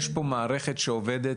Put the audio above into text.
יש פה מערכת שעובדת.